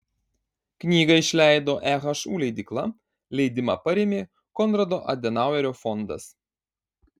knygą išleido ehu leidykla leidimą parėmė konrado adenauerio fondas